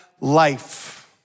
life